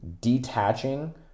detaching